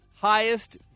highest